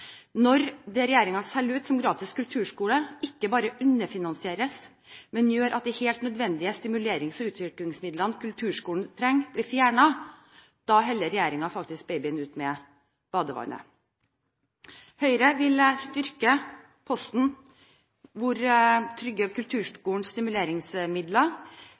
Når det regjeringen selger ut som gratis kulturskole, ikke bare underfinansieres, men gjør at de helt nødvendige stimulerings- og utviklingsmidlene kulturskolen trenger, blir fjernet, da heller regjeringen faktisk babyen ut med badevannet. Høyre vil styrke posten hvor man trygger kulturskolens stimuleringsmidler,